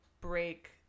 break